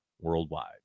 worldwide